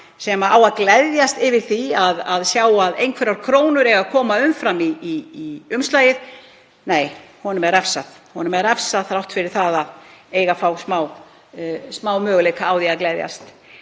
sem á að gleðjast yfir því að sjá að einhverjar umframkrónur komi í umslagið. En nei, honum er refsað. Honum er refsað þrátt fyrir að eiga að fá smámöguleika á því að gleðjast.